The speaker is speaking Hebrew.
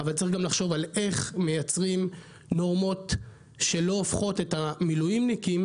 אבל צריך גם לחשוב על איך מייצרים נורמות שלא הופכות אתל המילואימניקים